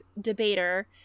debater